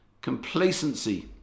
complacency